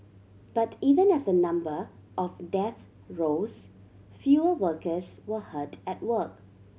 but even as the number of deaths rose fewer workers were hurt at work